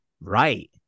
right